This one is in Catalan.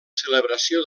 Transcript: celebració